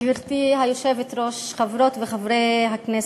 גברתי היושבת-ראש, חברות וחברי הכנסת,